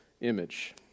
image